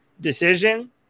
decision